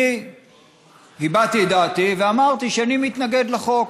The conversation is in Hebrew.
אני הבעתי את דעתי ואמרתי שאני מתנגד לחוק